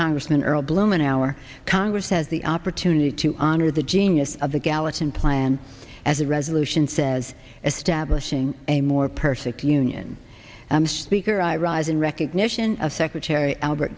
congressman earl blumenauer congress has the opportunity to honor the genius of the gallatin plan as a resolution says establishing a more perfect union a speaker i rise in recognition of secretary albert